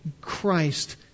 Christ